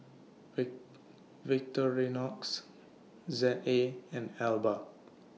V Victorinox Z A and Alba